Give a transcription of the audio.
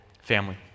Family